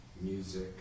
Music